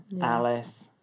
Alice